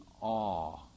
awe